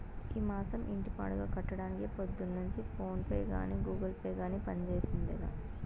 ఈ మాసం ఇంటి బాడుగ కట్టడానికి పొద్దున్నుంచి ఫోనే గానీ, గూగుల్ పే గానీ పంజేసిందేలా